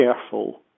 careful